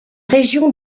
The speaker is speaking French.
région